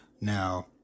Now